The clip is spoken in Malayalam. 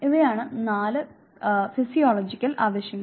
ഇവയാണ് നാല് ഫിസിയോളജിക്കൽ ആവശ്യങ്ങൾ